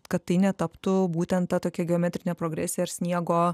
kad tai netaptų būtent ta tokia geometrine progresija ir sniego